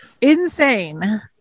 insane